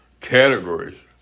categories